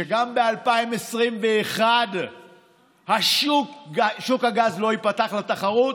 שגם ב-2021 שוק הגז לא ייפתח לתחרות